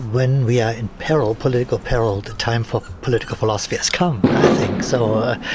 when we are in peril, political peril, the time for political philosophy it's come, i think. so,